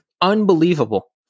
Unbelievable